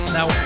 Now